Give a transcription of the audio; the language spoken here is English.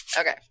Okay